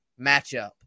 matchup